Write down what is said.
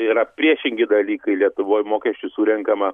tai yra priešingi dalykai lietuvoj mokesčių surenkama